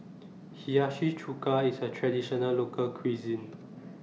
Hiyashi Chuka IS A Traditional Local Cuisine